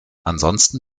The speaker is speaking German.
ansonsten